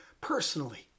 personally